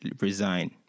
resign